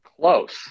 Close